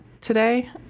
today